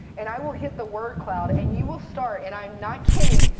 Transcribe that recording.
and i will hit the word cloud. and you will start, and i not kidding,